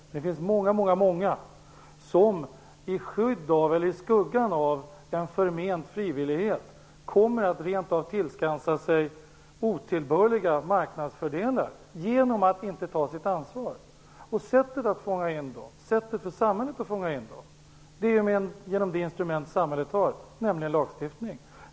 Men det finns många som i skuggan av en förment frivillighet kommer att rent av tillskansa sig otillbörliga marknadsfördelar genom att inte ta sitt ansvar. Sättet för samhället att fånga in dem är genom det instrument samhället har, nämligen lagstiftningen.